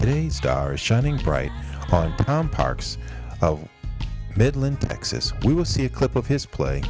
today's stars shining bright on tom park's midland texas we will see a clip of his play